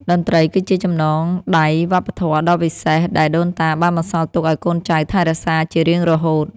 តន្ត្រីគឺជាចំណងដៃវប្បធម៌ដ៏វិសេស ដែលដូនតាបានបន្សល់ទុកឱ្យកូនចៅថែរក្សាជារៀងរហូត។